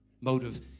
motive